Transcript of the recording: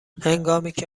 هنگامیکه